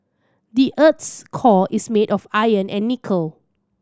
the earth's core is made of iron and nickel